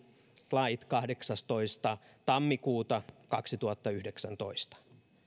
lait kahdeksastoista tammikuuta kaksituhattayhdeksäntoista